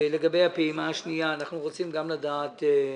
לגבי הפעימה השנייה, אנחנו רוצים גם לדעת.